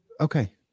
Okay